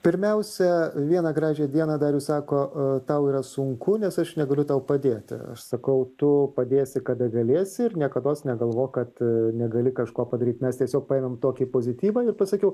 pirmiausia vieną gražią dieną darius sako tau yra sunku nes aš negaliu tau padėti aš sakau tu padėsi kada galėsi ir niekados negalvok kad negali kažko padaryti mes tiesiog paėmėm tokį pozityvą ir pasakiau